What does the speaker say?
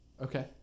Okay